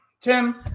Tim